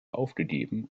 aufgegeben